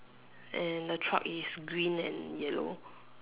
and the truck is green and yellow